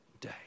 day